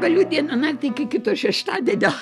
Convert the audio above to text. galiu dieną naktį iki kito šeštadienio